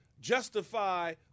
justify